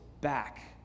back